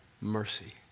Mercy